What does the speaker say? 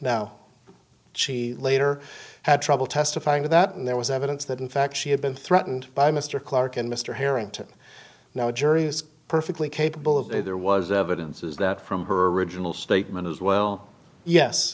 now she later had trouble testifying to that and there was evidence that in fact she had been threatened by mr clarke and mr harrington now a jury is perfectly capable of that there was evidence is that from her original statement as well yes